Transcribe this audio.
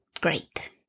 great